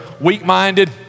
weak-minded